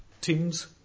teams